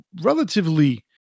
relatively